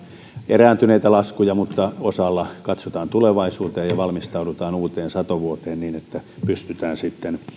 erääntyneitä laskuja mutta osalla katsotaan tulevaisuuteen ja valmistaudutaan uuteen satovuoteen niin että pystytään sitten